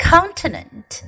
Continent